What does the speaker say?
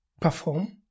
perform